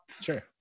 sure